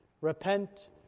Repent